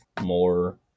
more